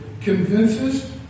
convinces